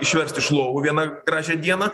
išverst iš lovų vieną gražią dieną